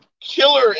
killer